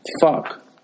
Fuck